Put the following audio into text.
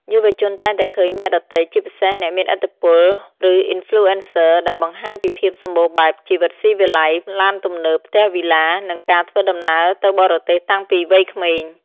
យុវជនតែងតែឃើញអ្នកដទៃ ជាពិសេសអ្នកមានឥទ្ធិពល ឬ Influencers ដែលបង្ហាញពីភាពសម្បូរបែប ជីវិតស៊ីវិល័យ ឡានទំនើប ផ្ទះវីឡា និងការធ្វើដំណើរទៅបរទេសតាំងពីវ័យក្មេង។